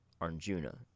Arjuna